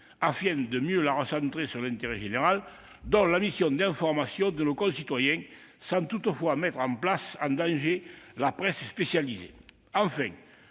afin de mieux la recentrer sur l'intérêt général, donc sur la mission d'information de nos concitoyens, sans toutefois mettre en danger la presse spécialisée. Enfin,